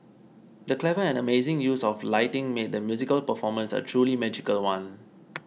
the clever and amazing use of lighting made the musical performance a truly magical one